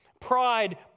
Pride